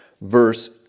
verse